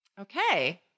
Okay